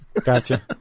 gotcha